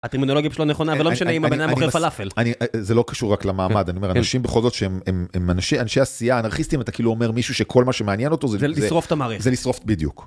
הטרמונולוגיה שלו נכונה, אבל לא משנה אם הבניים בוחר פלאפל. זה לא קשור רק למעמד, אני אומר, אנשים בכל זאת שהם אנשי עשייה אנרכיסטים, אתה כאילו אומר מישהו שכל מה שמעניין אותו זה לשרוף את המערכת. זה לשרוף בדיוק.